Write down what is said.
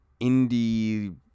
indie